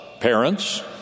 parents